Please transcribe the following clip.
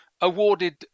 awarded